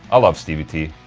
i love stevie t.